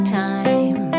time